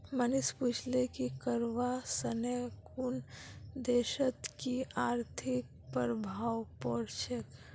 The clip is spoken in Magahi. मनीष पूछले कि करवा सने कुन देशत कि आर्थिक प्रभाव पोर छेक